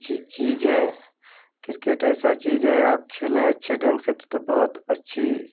अच्छी चीज़ है किरकेट ऐसा चीज़ हे आप खेलें अच्छे ढंग से त तो बहुत अच्छी